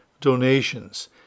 donations